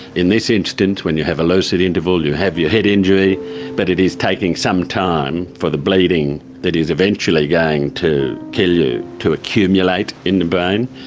in this instance when you have a lucid interval, you have your head injury but it is taking some time for the bleeding that is eventually going to kill you to accumulate in the brain.